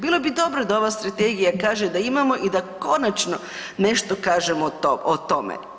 Bilo bi dobro da ova Strategija kaže da imamo i da konačno nešto kažemo o tome.